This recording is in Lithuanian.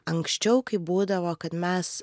anksčiau kaip būdavo kad mes